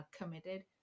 committed